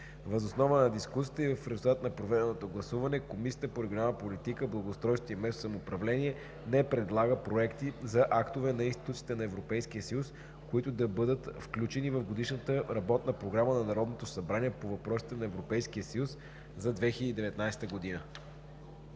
Въз основа на дискусията и в резултат на проведеното гласуване Комисията по регионална политика, благоустройство и местно самоуправление не предлага проекти за актове на институциите на Европейския съюз, които да бъдат включени в Годишната работна програма на Народното събрание по въпросите на Европейския съюз за 2019 г.“